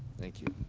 thank you.